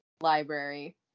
library